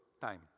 time